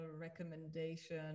recommendation